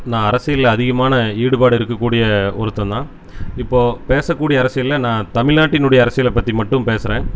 நான் அரசியலில் அதிகமான ஈடுபாடு இருக்கக்கூடிய ஒருத்தன் தான் இப்போது பேசக்கூடிய அரசியலில் நான் தமிழ் நாட்டினுடைய அரசியலை பற்றி மட்டும் பேசுகிறேன்